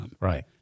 Right